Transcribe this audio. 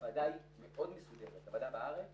הוועדה בארץ